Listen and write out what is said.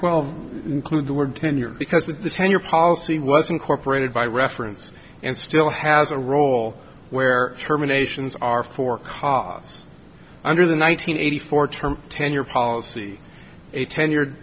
twelve include the word tenure because the tenure policy was incorporated by reference and still has a role where terminations are for cars under the night in eighty four term tenure policy a tenured